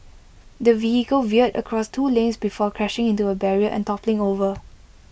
the vehicle veered across two lanes before crashing into A barrier and toppling over